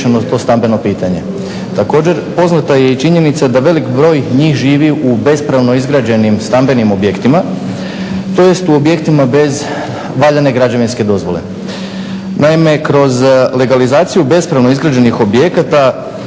riješeno to stambeno pitanje. Također poznata je i činjenica da velik broj njih živi u bespravno izgrađenim stambenim objektima tj. u objektima bez valjane građevinske dozvole. Naime, kroz legalizaciju bespravno izgrađenih objekata